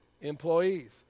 employees